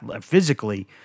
physically